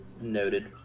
Noted